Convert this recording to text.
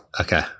Okay